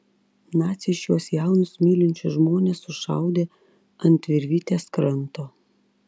naciai šiuos jaunus mylinčius žmones sušaudė ant virvytės kranto